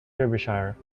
derbyshire